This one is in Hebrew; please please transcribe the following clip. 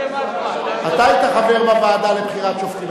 אתה היית חבר בוועדה לבחירת שופטים,